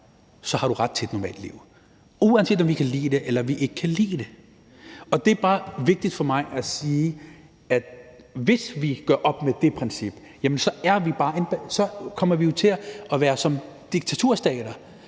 har du ret til et normalt liv, uanset om vi kan lide det, eller om vi kan ikke lide det. Og det er bare vigtigt for mig at sige, at hvis vi gør op med det princip, kommer vi jo til at være som diktaturstater